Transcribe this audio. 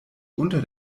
unter